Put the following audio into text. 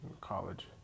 college